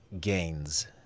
Gains